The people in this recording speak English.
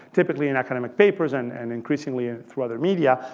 typically, in academic papers and and increasingly through other media.